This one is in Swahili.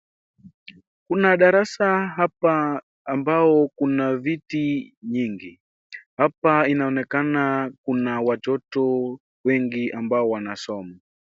Kuna darasa hapa ambao kuna viti nyingi, hapa inaonekana kuna watoto wengi ambao wanasoma.